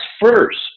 first